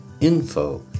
info